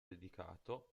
dedicato